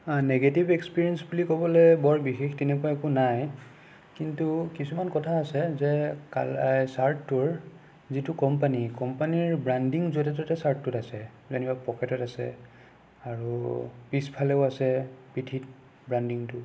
negative experience বুলি ক'বলৈ বৰ বিশেষ তেনেকুৱা একো নাই কিন্তু কিছুমান কথা আছে যে কালা এই চাৰ্টটোৰ যিটো কোম্পানী কোম্পানীৰ ব্ৰাণ্ডিং য'তে ত'তে চাৰ্টটোত আছে যেনিবা পকেটত আছে আৰু পিছফালেও আছে পিঠিত ব্ৰাণ্ডিংটো